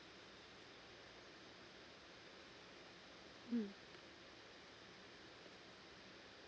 mm